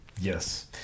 Yes